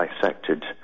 dissected